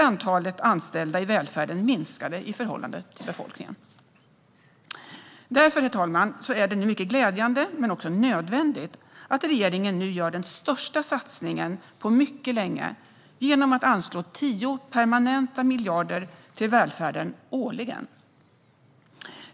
Antalet anställda i välfärden minskade i förhållande till befolkningen. Därför, herr talman, är det mycket glädjande men också nödvändigt att regeringen nu gör den största satsningen på mycket länge genom att anslå 10 permanenta miljarder till välfärden årligen.